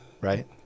Right